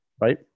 Right